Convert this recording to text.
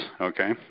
okay